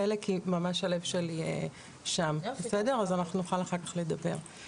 ממש הלב שלי שם, אז אנחנו נוכל אחר כך לדבר.